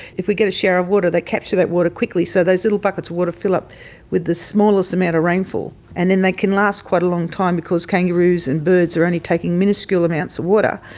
if we get a shower of water they capture that water quickly, so there's little buckets of water fill up with the smallest amount of rainfall, and then they can last quite a long time because kangaroos and birds are only taking miniscule amounts of water,